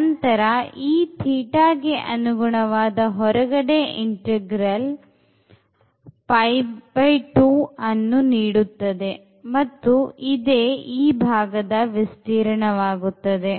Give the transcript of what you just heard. ನಂತರ ಈ θ ಗೆ ಅನುಗುಣವಾದ ಹೊರಗಡೆ ಇಂಟೆಗ್ರಲ್ 2 ಅನ್ನು ನೀಡುತ್ತದೆ ಮತ್ತು ಇದೇ ಈ ಭಾಗದ ವಿಸ್ತೀರ್ಣ ಆಗುತ್ತದೆ